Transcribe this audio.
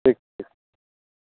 ठीक ठीक